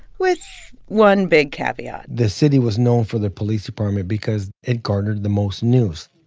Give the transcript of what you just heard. with one big caveat the city was known for the police department because it garnered the most news.